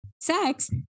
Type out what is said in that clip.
sex